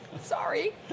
sorry